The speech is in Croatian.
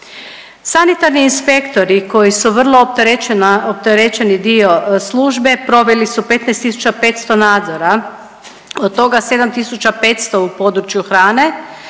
Sanitarni inspektori koji su vrlo opterećeni dio službe proveli su 15.500 nadzora, od toga 7.500 u području hrane